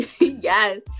yes